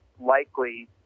likely